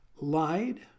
lied